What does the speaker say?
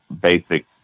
basic